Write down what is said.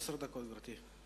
עשר דקות, גברתי.